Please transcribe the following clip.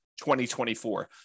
2024